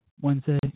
Wednesday